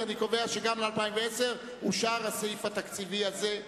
אני קובע שגם ל-2010 אושר הסעיף התקציבי הזה.